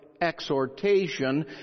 exhortation